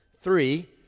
Three